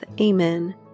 Amen